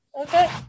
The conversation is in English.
okay